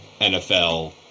-NFL